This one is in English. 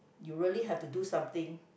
you really have to do something